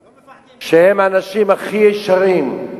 לא מפחדים, שהם אנשים הכי ישרים,